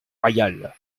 royal